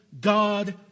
God